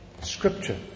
Scripture